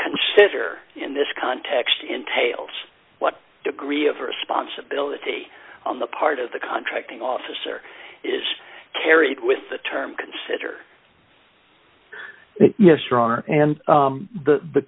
consider in this context entails what degree of responsibility on the part of the contracting officer is carried with the term consider yes stronger and